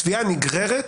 תביעה נגררת